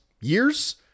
years